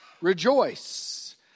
rejoice